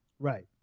Right